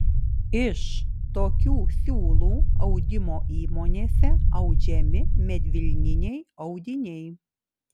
iš tokių siūlų audimo įmonėse audžiami medvilniniai audiniai